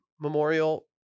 Memorial